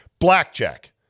Blackjack